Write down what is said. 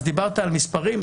דיברת על מספרים,